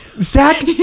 Zach